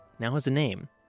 now has a name.